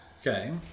Okay